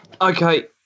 Okay